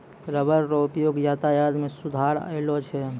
rubber रो उपयोग यातायात मे सुधार अैलौ छै